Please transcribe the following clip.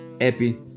happy